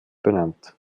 benannt